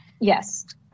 Yes